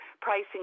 pricing